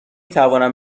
توانم